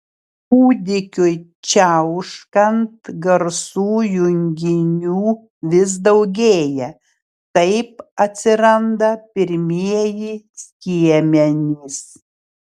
kūdikiui čiauškant garsų junginių vis daugėja taip atsiranda pirmieji skiemenys